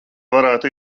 varētu